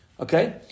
Okay